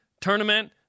tournament